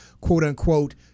quote-unquote